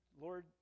Lord